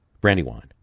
Brandywine